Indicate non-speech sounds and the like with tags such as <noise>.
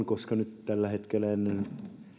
<unintelligible> koska nyt tällä hetkellä ennen